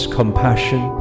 compassion